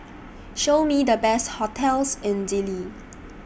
Show Me The Best hotels in Dili